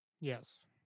Yes